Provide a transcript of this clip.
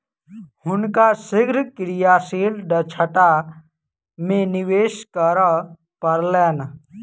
हुनका शीघ्र क्रियाशील दक्षता में निवेश करअ पड़लैन